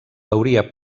veuria